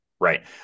Right